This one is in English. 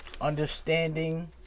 Understanding